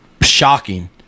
shocking